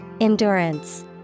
Endurance